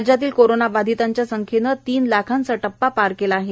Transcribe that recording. राज्यातल्या कोरोनाबाधितांच्या संख्येनं तीन लाखांचा टप्पा पार केला आहे